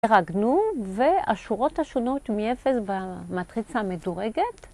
‫דירגנו, והשורות השונות מ-0 ‫במטריצה המדורגת.